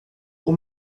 och